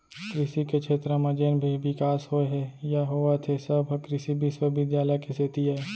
कृसि के छेत्र म जेन भी बिकास होए हे या होवत हे सब ह कृसि बिस्वबिद्यालय के सेती अय